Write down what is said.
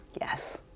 Yes